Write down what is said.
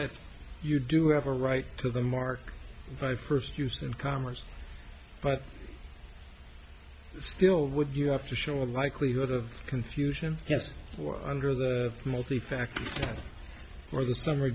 that you do have a right to the mark by first use of commerce but still would you have to show a likelihood of confusion yes or under the multi factor or the summ